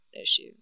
issue